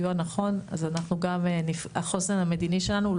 אז החוסר המדיני שלנו לא